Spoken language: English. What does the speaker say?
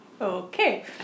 okay